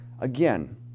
Again